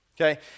Okay